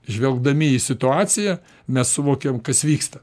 žvelgdami į situaciją mes suvokiam kas vyksta